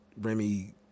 Remy